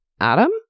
Adam